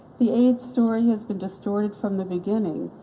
the aids story has been distorted from the beginning,